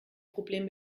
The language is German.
problem